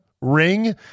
ring